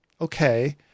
okay